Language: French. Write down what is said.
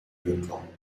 lieutenant